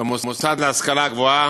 במוסד להשכלה גבוהה.